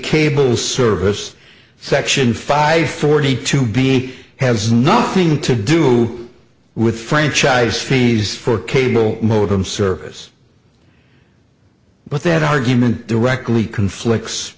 cable service section five forty two b has nothing to do with franchise fees for cable modem service but that argument directly conflicts